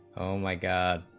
oh my god,